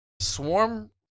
Swarm